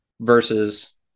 versus